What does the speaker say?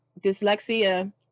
dyslexia